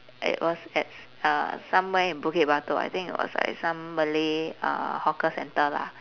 it was at uh somewhere in bukit batok I think it was like some malay uh hawker centre lah